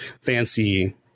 fancy